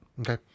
Okay